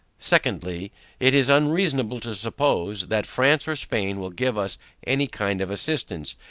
secondly it is unreasonable to suppose, that france or spain will give us any kind of assistance,